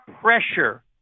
pressure